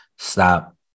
Stop